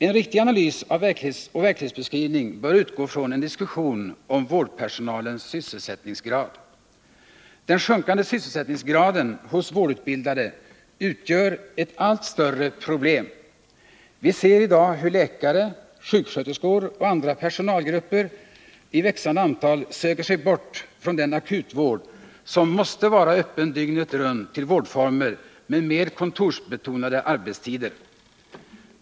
En riktig analys och verklighetsbeskrivning bör utgå från en diskussion om vårdpersonalens sysselsättningsgrad. Den sjunkande sysselsättningsgraden hos vårdutbildade utgör ett allt större problem. Vi ser i dag hur läkare, sjuksköterskor och andra personalgrupper i växande antal söker sig bort från den akutvård som måste vara öppen dygnet runt till vårdformer med mer kontorsbetonade arbetstider.